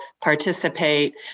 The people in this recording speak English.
participate